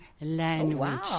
language